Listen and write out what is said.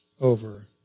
over